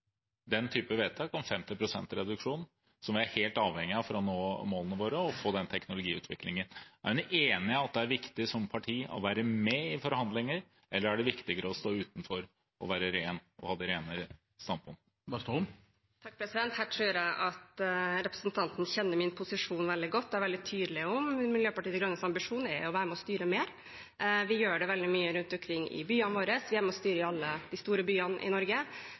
den type vedtak om 50 pst. reduksjon? Det er vi helt avhengig av for å nå målene våre og for å få den teknologiutviklingen. Er hun enig i at det er viktig som parti å være med i forhandlinger, eller er det viktigere å stå utenfor og være ren? Her tror jeg at representanten Elvestuen kjenner min posisjon veldig godt, det er jeg tydelig om. Miljøpartiet De Grønnes ambisjon er å være med å styre mer. Vi gjør det veldig mye rundt om i byene våre. Vi er med og styrer i alle de store byene i Norge.